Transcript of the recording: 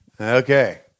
okay